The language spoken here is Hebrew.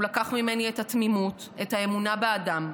הוא לקח ממני את התמימות ואת האמונה באדם.